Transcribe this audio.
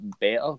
better